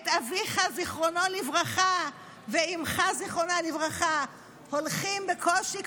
את אביך ז"ל ואימך ז"ל הולכים בקושי,